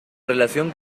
relación